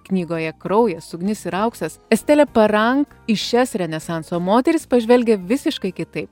knygoje kraujas ugnis ir auksas estelė parank į šias renesanso moteris pažvelgia visiškai kitaip